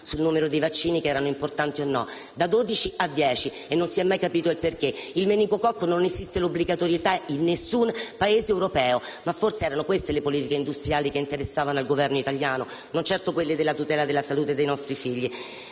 sul numero dei vaccini che erano importanti o no: da dodici a dieci e non si è mai capito il perché. L'obbligo per il meningococco non esiste in alcun Paese europeo, ma forse erano queste le politiche industriali che interessavano al Governo italiano, non certo quelle della tutela della salute dei nostri figli.